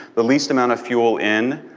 the least amount of fuel in,